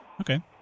Okay